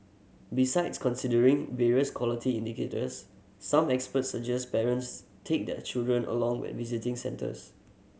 besides considering various quality indicators some experts suggest parents take their children along when visiting centres